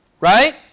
right